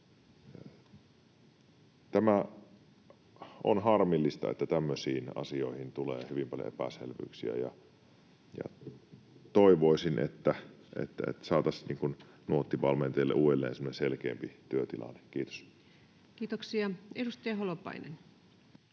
On harmillista, että tämmöisiin asioihin tulee hyvin paljon epäselvyyksiä, ja toivoisin, että saataisiin Nuotti-valmentajille uudelleen semmoinen selkeämpi työtilanne. — Kiitos. Kiitoksia. — Edustaja Holopainen.